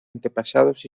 antepasados